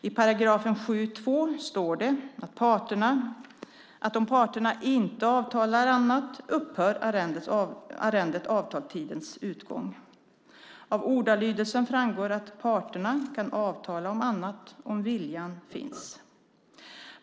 I 7.2 § står det att om parterna inte avtalar annat upphör arrendet vid avtalstidens utgång. Av ordalydelsen framgår att parterna kan avtala om annat om viljan finns.